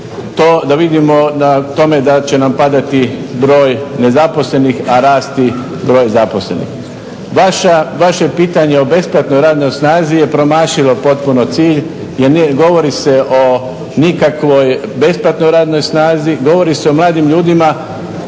da vidimo na tome da će nam padati broj nezaposlenih, a rasti broj zaposlenih. Vaše pitanje o besplatnoj radnoj snazi je promašilo potpuno cilj jer govori se o nikakvoj besplatnoj radnoj snazi, govori se o mladim ljudima